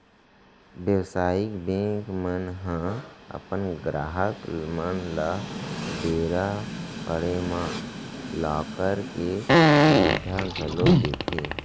बेवसायिक बेंक मन ह अपन गराहक मन ल बेरा पड़े म लॉकर के सुबिधा घलौ देथे